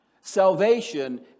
salvation